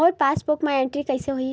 मोर passbook मा entry कइसे होही?